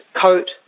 coat